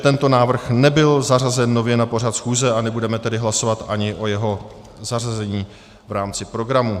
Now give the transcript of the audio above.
Tento návrh nebyl zařazen nově na pořad schůze a nebudeme tedy hlasovat ani o jeho zařazení v rámci programu.